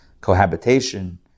cohabitation